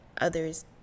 others